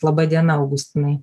laba diena augustinai